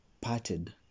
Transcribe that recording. parted